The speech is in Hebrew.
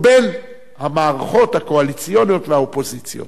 ובין המערכות הקואליציוניות והאופוזיציה.